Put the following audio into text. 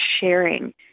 sharing